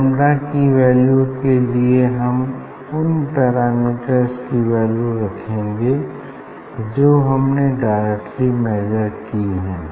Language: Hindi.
लैम्डा की वैल्यू के लिए हम उन पैरामीटर्स की वैल्यू रखेंगे जो हमने डायरेक्टली मेजर की हैं